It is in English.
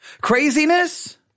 Craziness